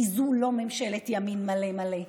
כי זו לא ממשלת ימין מלא מלא,